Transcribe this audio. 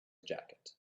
jacket